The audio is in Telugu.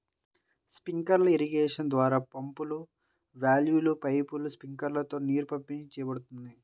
స్ప్రింక్లర్ ఇరిగేషన్ ద్వారా పంపులు, వాల్వ్లు, పైపులు, స్ప్రింక్లర్లతో నీరు పంపిణీ చేయబడుతుంది